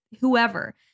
whoever